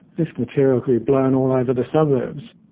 this material could be blown all over the suburbs.